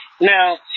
Now